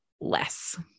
less